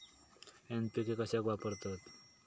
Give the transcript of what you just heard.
NPK कशाक वापरतत?